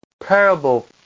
parable